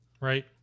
right